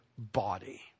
body